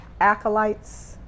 Acolytes